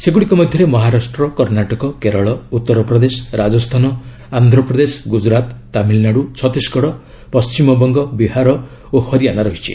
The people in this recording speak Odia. ସେଗୁଡ଼ିକ ମଧ୍ୟରେ ମହାରାଷ୍ଟ୍ର କର୍ଣ୍ଣାଟକ କେରଳ ଉତ୍ତରପ୍ରଦେଶ ରାଜସ୍ଥାନ ଆନ୍ଧ୍ରପ୍ରଦେଶ ଗୁଜରାତ ତାମିଲନାଡ଼ୁ ଛତିଶଗଡ଼ ପଶ୍ଚିମବଙ୍ଗ ବିହାର ଓ ହରିଆନା ରହିଛି